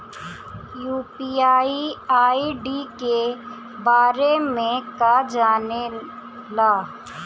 UPI ID के बारे में का जाने ल?